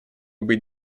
быть